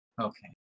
Okay